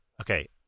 okay